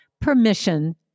permission